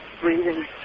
breathing